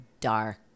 dark